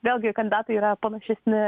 vėlgi kandidatai yra panašesni